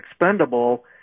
expendable